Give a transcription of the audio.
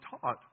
taught